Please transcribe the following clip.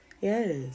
Yes